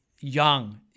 young